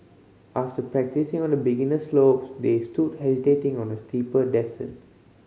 after practising on the beginner slopes they stood hesitating on the steeper descent